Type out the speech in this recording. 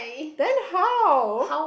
then how